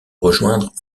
rejoindre